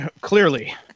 Clearly